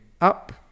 up